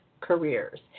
Careers